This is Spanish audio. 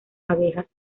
abejas